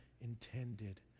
intended